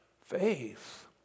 faith